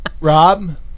Rob